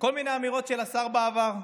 כל מיני אמירות של השר בעבר: